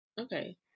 Okay